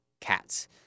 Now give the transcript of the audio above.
cats